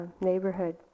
neighborhood